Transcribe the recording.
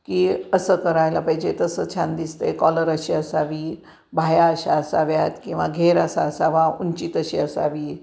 की असं करायला पाहिजे तसं छान दिसते कॉलर अशी असावी बाह्या अशा असाव्यात किंवा घेर असा असावा उंची तशी असावी